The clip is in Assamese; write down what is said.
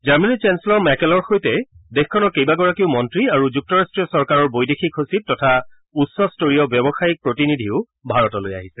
জামেনীৰ চেঞ্চেলৰ ম্যাকেলৰ সৈতে দেশখনৰ কেইবাগৰাকীও মন্নী আৰু যুক্তৰাষ্টীয় চৰকাৰৰ বৈদেশিক সচিব তথা উচ্চস্তৰীয় ব্যৱসায়িক প্ৰতিনিধিও ভাৰতলৈ আহিছে